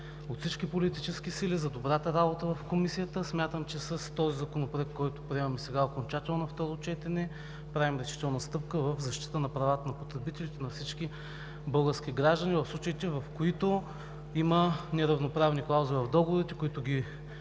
от всички политически сили за добрата работа в Комисията. Смятам, че с този законопроект, който приемаме сега окончателно на второ четене, правим решителна стъпка в защита на правата на потребителите, на всички български граждани в случаите, когато има неравноправни клаузи в договорите, които ги